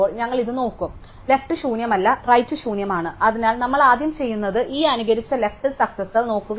അതിനാൽ ലെഫ്റ് ശൂന്യമല്ല റൈറ് ശൂന്യമാണ് അതിനാൽ നമ്മൾ ആദ്യം ചെയ്യുന്നത് ഈ അനുകരിച്ച ലെഫ്റ് സക്സസാർ നോക്കുക എന്നതാണ്